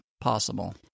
possible